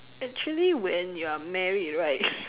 actually when you're married right